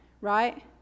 right